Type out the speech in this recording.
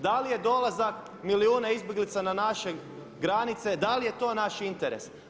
Da li je dolazak milijuna izbjeglica na naše granice da li je to naš interes?